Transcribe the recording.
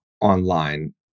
online